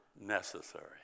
necessary